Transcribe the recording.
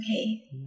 Okay